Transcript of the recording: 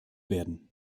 werden